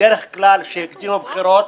בדרך כלל כשהקדימו בחירות